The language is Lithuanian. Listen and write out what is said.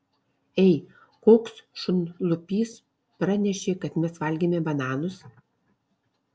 ei koks šunlupys pranešė kad mes valgėme bananus